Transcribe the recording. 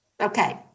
Okay